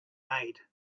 made